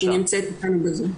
היא נמצאת אתנו בזום.